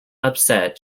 upset